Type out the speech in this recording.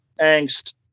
angst